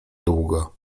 długo